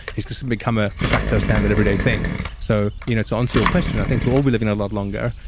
is just going to become a defacto standard everyday thing so you know to answer your question, i think we'll all be living a lot longer,